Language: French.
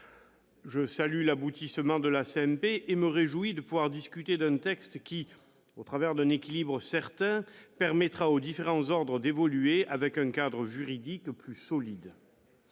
Je salue l'aboutissement de la CMP et me réjouis de pouvoir discuter d'un texte qui, au travers d'un équilibre certain, permettra aux différents ordres d'évoluer avec un cadre juridique plus solide.